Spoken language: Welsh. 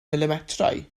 milimetrau